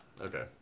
Okay